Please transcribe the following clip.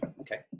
Okay